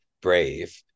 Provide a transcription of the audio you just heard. brave